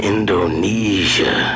Indonesia